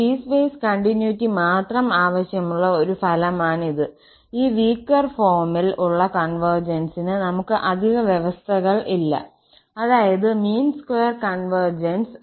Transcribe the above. ഒരു piecewise continuity മാത്രം ആവശ്യമുള്ള ഒരു ഫലമാണിത് ഈ വീകെർ ഫോമിൽ ഉള്ള കോൺവെർജൻസിനു നമുക്ക് അധിക വ്യവസ്ഥകൾ ഇല്ല അതായത് മീൻ സ്ക്വയർ കോൺവെർജൻസ്